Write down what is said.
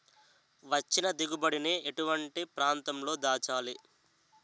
వచ్చిన దిగుబడి ని ఎటువంటి ప్రాంతం లో దాచాలి?